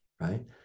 right